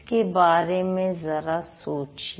इसके बारे में जरा सोचिए